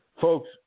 Folks